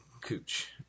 cooch